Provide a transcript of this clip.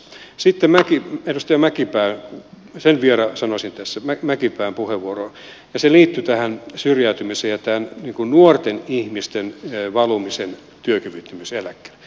sitten edustaja mäkipään puheenvuoroon sen vielä sanoisin tässä ja se liittyi tähän syrjäytymiseen ja tähän nuorten ihmisten valumiseen työkyvyttömyyseläkkeelle